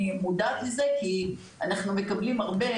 אני מודעת לזה, כי אנחנו מקבלים הרבה